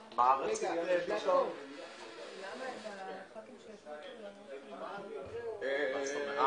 14:30.